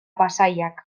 pasaiak